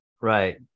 Right